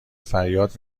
فریاد